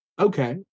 Okay